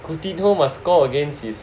Cortino must score against his